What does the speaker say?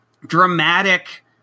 dramatic